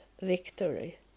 victory